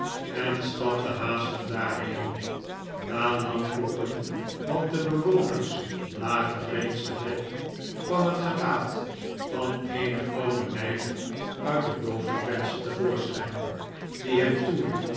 en stapte haastig daarheen na lang kloppen want de bewoners lagen reeds te bed kwam het gelaat van eene oude meid uit het bovenvenster te voorschijn die hem toeriep